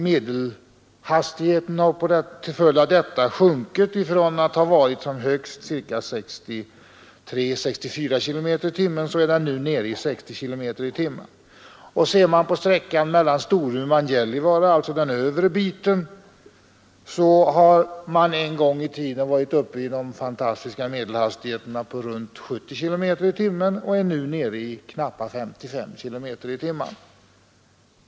Medelhastigheten har till följd av detta sjunkit — från att ha varit som högst ca 63—64 kilometer i timmen är den nu nere i 60 kilometer i timmen. Och ser man på sträckan Storuman—Gällivare — alltså den övre biten — finner man att man där en gång i tiden varit uppe i den fantastiska medelhastigheten av i runt tal 70 kilometer i timmen och nu är nere i knappa 55 kilometer i timmen.